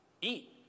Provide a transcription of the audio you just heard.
eat